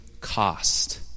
cost